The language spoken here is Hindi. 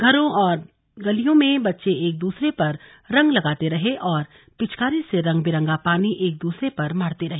घरों और गलियों में बच्चे एक दूसरे पर रंग लगाते रहे और पिचकारी से रंग बिरंगा पानी एक दूसरे पर मारते रहे